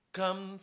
come